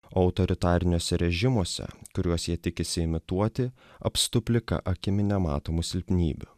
o autoritariniuose režimuose kuriuos jie tikisi imituoti apstu plika akimi nematomų silpnybių